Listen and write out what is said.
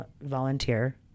volunteer